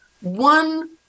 one